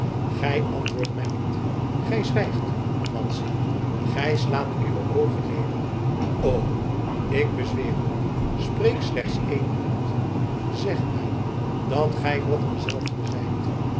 antwoordt mij niet gij zwijgt madzy gij slaat uwe oogen neder o ik bezweer u spreek slechts één woord zeg mij dat gij nog dezelfde